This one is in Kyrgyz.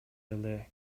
эле